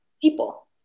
people